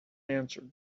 answered